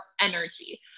energy